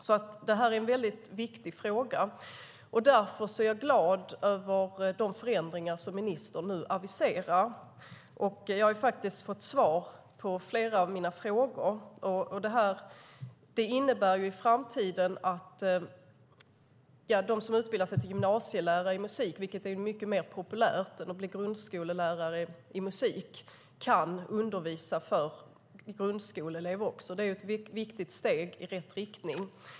Det här är alltså en väldigt viktig fråga. Därför är jag glad över de förändringar som ministern nu aviserar. Jag har faktiskt fått svar på flera av mina frågor. Det innebär i framtiden att de som utbildar sig till gymnasielärare i musik, vilket är mycket mer populärt än att bli grundskollärare i musik, kan undervisa också grundskoleelever. Det är ett viktigt steg i rätt riktning.